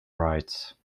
rights